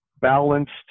balanced